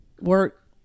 work